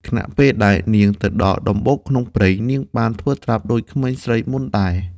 ខណៈពេលដែលនាងទៅដល់ដំបូកក្នុងព្រៃ នាងបានធ្វើត្រាប់ដូចក្មេងស្រីមុនដែរ។